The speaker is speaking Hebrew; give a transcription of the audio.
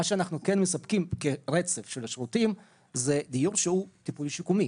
מה שאנחנו כן מספקים כרצף של השירותים זה דיור שהוא טיפול שיקומי,